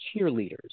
cheerleaders